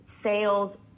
sales